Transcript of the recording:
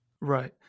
Right